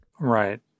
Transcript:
Right